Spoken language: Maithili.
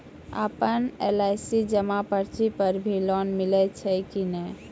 आपन एल.आई.सी जमा पर्ची पर भी लोन मिलै छै कि नै?